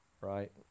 right